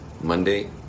Monday